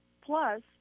Plus